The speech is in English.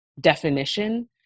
definition